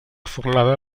formada